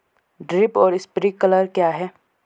Drip और sprinkler क्या हैं?